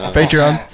Patreon